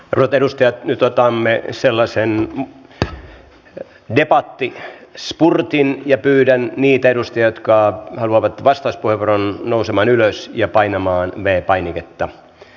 arvoisat edustajat nyt otamme sellaisen debattispurtin ja pyydän niitä edustajia jotka haluavat vastauspuheenvuoron nousemaan ylös ja painamaan v painiketta